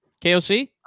KOC